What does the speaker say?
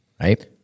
right